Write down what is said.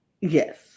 yes